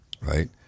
right